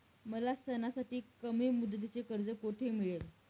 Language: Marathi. मला सणासाठी कमी मुदतीचे कर्ज कोठे मिळेल?